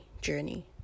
journey